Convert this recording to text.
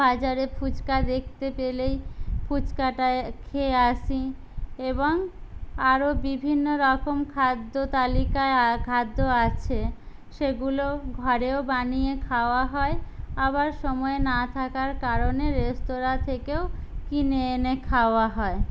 বাজারে ফুচকা দেখতে পেলেই ফুচকাটায় খেয়ে আসি এবং আরো বিভিন্ন রকম খাদ্য তালিকায় খাদ্য আছে সেগুলো ঘরেও বানিয়ে খাওয়া হয় আবার সময় না থাকার কারণে রেস্তোরাঁ থেকেও কিনে এনে খাওয়া হয়